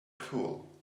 cool